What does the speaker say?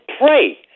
pray